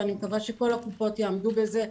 ואני מקווה שכל הקופות יעמדו בזה.